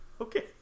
Okay